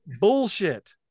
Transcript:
Bullshit